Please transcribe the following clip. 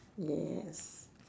yes